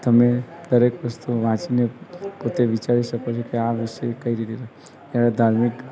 તમે દરેક વસ્તુ વાંચીને પોતે વિચારી શકો છો કે આ વિશે કઈ રીતે ધાર્મિક